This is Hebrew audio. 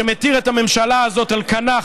שמותיר את הממשלה הזאת על כנה,